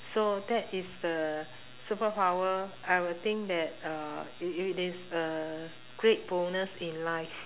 so that is the superpower I would think that uh it it is a great bonus in life